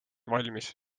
valmis